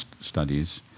studies